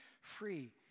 free